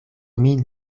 min